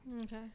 Okay